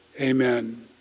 Amen